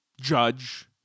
judge